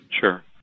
Sure